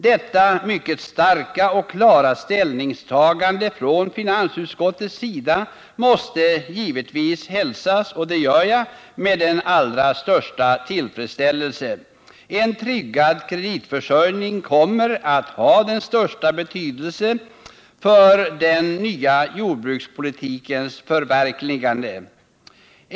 Detta mycket starka och klara ställningstagande från finansutskottets sida måste givetvis hälsas — och det gör jag — med den allra största tillfredsställelse. En tryggad kreditförsörjning kommer att ha den största betydelse för den nya jordbrukspolitikens förverkligande.